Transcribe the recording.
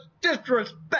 disrespect